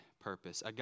purpose